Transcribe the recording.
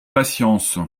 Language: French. patience